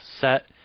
set